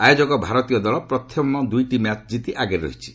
ଆୟୋଜକ ଭାରତୀୟ ଦଳ ପ୍ରଥମ ଦୁଇଟି ମ୍ୟାଚ୍ କିତି ଆଗରେ ରହିଛି